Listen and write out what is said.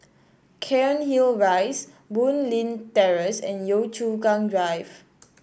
Cairnhill Rise Boon Leat Terrace and Yio Chu Kang Drive